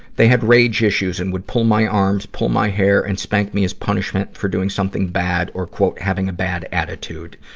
they had rage issues, and they pull my arms, pull my hair, and spank me as punishment for doing something bad or having a bad attitude.